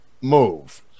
move